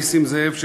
נסים זאב,